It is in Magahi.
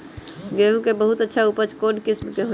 गेंहू के बहुत अच्छा उपज कौन किस्म होई?